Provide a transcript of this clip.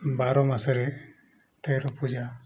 ବାର ମାସରେ ତେର ପୂଜା